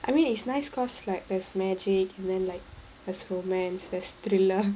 I mean it's nice because like there's magic and then like there's romance there's thriller